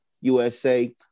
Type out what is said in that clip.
USA